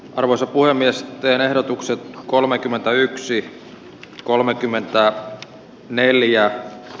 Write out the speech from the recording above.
arvoisa puhemies teen ehdotuksen kolmekymmentäyksi kolmekymmentä neljä